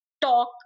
talk